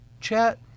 Chat